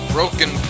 Broken